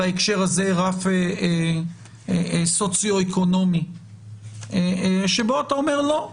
בהקשר הזה רף סוציו אקונומי שבו אתה אומר לא,